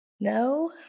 No